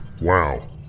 Wow